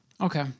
Okay